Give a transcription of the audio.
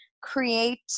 create